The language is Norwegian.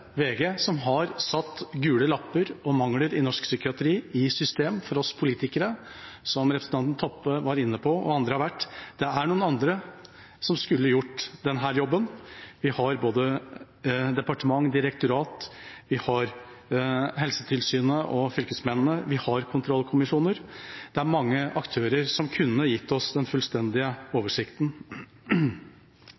som har satt gule lapper og mangler i norsk psykiatri i system for oss politikere. Som representanten Toppe og andre har vært inne på, er det noen andre som skulle gjort denne jobben. Vi har både departement og direktorat, vi har Helsetilsynet og fylkesmennene, vi har kontrollkommisjoner. Det er mange aktører som kunne gitt oss den fullstendige